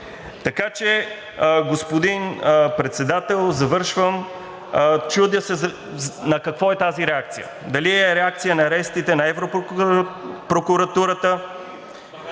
ГЮРОВ: Господин Председател, завършвам. Чудя се на какво е тази реакция – дали е реакция на арестите на Европрокуратурата